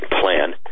plan